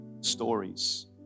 stories